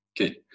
Okay